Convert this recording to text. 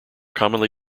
commonly